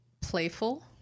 playful